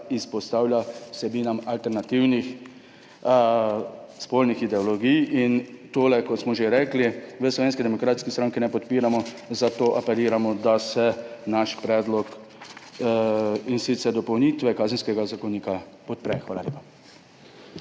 izpostavlja vsebinam alternativnih spolnih ideologij. Tega, kot smo že rekli, v Slovenski demokratski stranki ne podpiramo, zato apeliramo, da se naš predlog, in sicer dopolnitve Kazenskega zakonika, podpre. Hvala lepa.